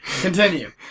Continue